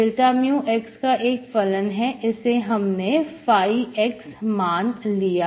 dμ x का एक फलन है इसे हमने ϕमान लिया